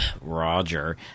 Roger